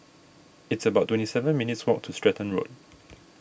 it's about twenty seven minutes' walk to Stratton Road